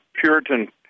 Puritan